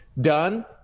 done